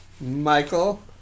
Michael